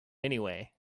anyway